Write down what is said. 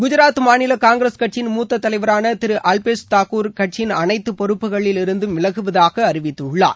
குஜராத் மாநில காங்கிரஸ் கட்சியிள் மூத்த தலைவரான திரு அப்லேஷ் தாகூர் கட்சியின் அனைத்து பொறுப்புகளிலிருந்தும் விலகுவதாக அறிவித்துள்ளார்